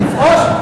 נפרוש?